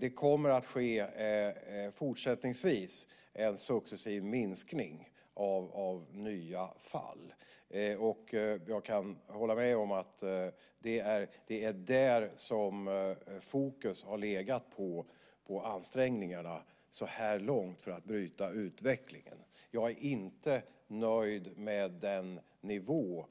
Det kommer fortsättningsvis att ske en successiv minskning av nya fall. Jag kan hålla med om att det är på detta som fokus så här långt har legat när det gäller ansträngningarna för att bryta utvecklingen. Jag är inte nöjd med nivån